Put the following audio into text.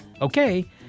Okay